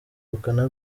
ubukana